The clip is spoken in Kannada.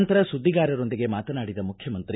ನಂತರ ಸುದ್ದಿಗಾರೊಂದಿಗೆ ಮಾತನಾಡಿದ ಮುಖ್ಯಮಂತ್ರಿ